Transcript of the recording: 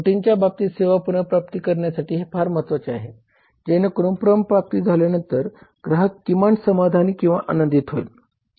त्रुटींच्या बाबतीत सेवा पुनर्प्राप्त करण्यासाठी हे फार महत्वाचे आहे जेणेकरून पुनर्प्राप्ती झाल्यानंतर ग्राहक किमान समाधानी किंवा आनंदित होईल